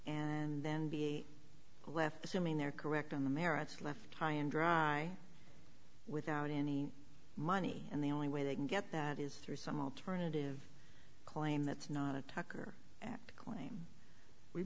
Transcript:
and then be left assuming they're correct on the merits left high and dry without any money and the only way they can get that is through some alternative claim that's not a tucker act claim we